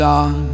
on